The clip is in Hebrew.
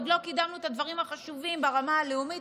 עוד לא קידמנו את הדברים החשובים ברמה הלאומית,